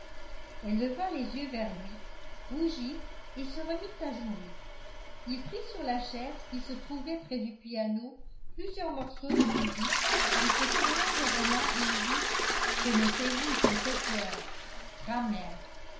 elle leva les yeux vers lui rougit et se remit à jouer il prit sur la chaise qui se trouvait près du piano plusieurs morceaux de musique et se tournant vers emma il dit connaissez-vous cet auteur